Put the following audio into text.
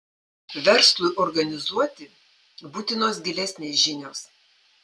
verslui organizuoti būtinos gilesnės žinios